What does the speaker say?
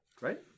Right